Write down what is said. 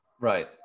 Right